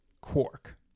Quark